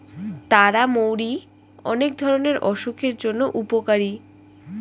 তারা মৌরি অনেক ধরণের অসুখের জন্য উপকারী